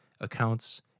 accounts